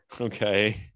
Okay